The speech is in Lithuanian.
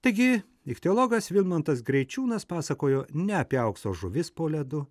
taigi ichtiologas vilmantas greičiūnas pasakojo ne apie aukso žuvis po ledu